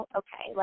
okay